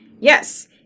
yes